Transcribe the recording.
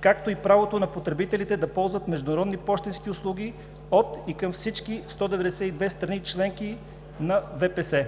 както и правото на потребителите да ползват международни пощенски услуги от и към всички 192 страни – членки на Всемирния пощенски съюз.